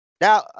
Now